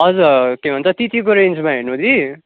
हजुर के भन्छ त्यतिको रेन्जमा हेर्नु दी